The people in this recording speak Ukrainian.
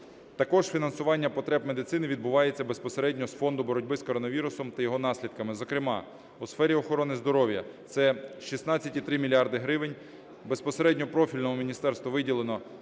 Також фінансування потреб медицини відбувається безпосередньо з Фонду боротьби з коронавірусом та його наслідками, зокрема у сфері охорони здоров'я - це 16,3 мільярда гривень, безпосередньо профільному міністерству виділено